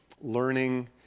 learning